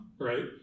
right